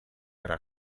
era